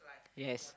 yes